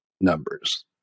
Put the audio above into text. numbers